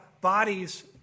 bodies